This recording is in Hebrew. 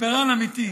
ליברל אמיתי.